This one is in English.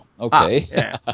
okay